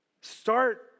Start